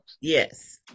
yes